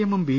എമ്മും ബി